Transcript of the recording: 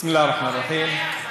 בסם אללה א-רחמאן א-רחים.